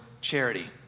charity